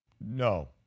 No